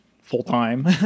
full-time